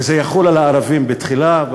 וזה יחול על הערבים תחילה,